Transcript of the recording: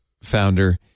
founder